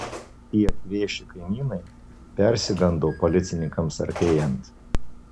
tie kvėši kaimynai persigando policininkams artėjant